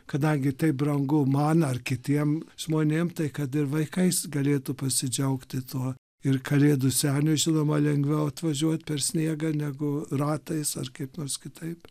kadangi tai brangu man ar kitiem žmonėm tai kad ir vaikiais galėtų pasidžiaugti tuo ir kalėdų seniui žinoma lengviau atvažiuot per sniegą negu ratais ar kaip nors kitaip